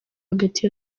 hagati